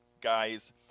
guys